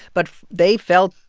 but they felt,